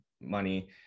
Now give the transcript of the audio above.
money